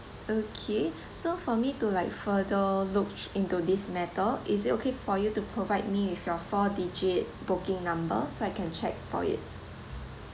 okay so for me to like further look into this matter is it okay for you to provide me with your four digit booking number so I can check for it